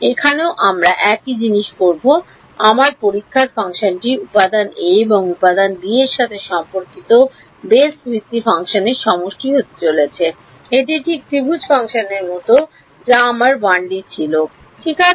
এখানেও আমরা একই জিনিস করব আমার পরীক্ষার ফাংশনটি উপাদান 'a' এবং উপাদান 'b' এর সাথে সম্পর্কিত বেস ভিত্তি ফাংশনের সমষ্টি হতে চলেছে এটি ঠিক ত্রিভুজ ফাংশনের মতো যা আমার 1D ছিল ঠিক আছে